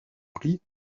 prie